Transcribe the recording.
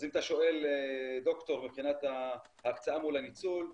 אז אם אתה שואל, ד"ר, מבחינת ההקצאה מול הניצול.